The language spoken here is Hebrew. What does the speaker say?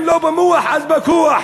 אם לא במוח אז בכוח.